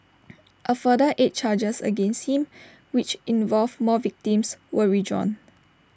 A further eight charges against him which involved more victims were withdrawn